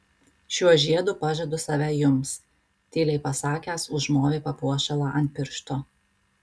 šiuo žiedu pažadu save jums tyliai pasakęs užmovė papuošalą ant piršto